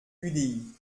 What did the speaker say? udi